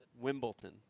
Wimbledon